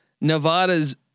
Nevada's